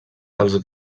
dels